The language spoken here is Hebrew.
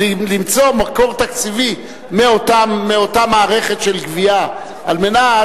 למצוא מקור תקציבי מאותה מערכת של גבייה על מנת